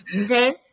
Okay